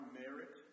merit